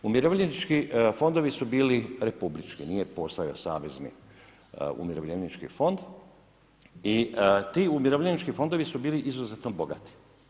Umirovljenički fondovi su bili republički, nije postojao savezni umirovljenički fond i ti umirovljenički fondovi su bili izuzetno bogati.